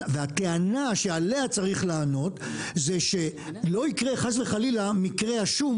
והטענה שעליה צריך לענות זה שלא יקרה חס וחלילה מקרה השום